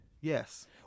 Yes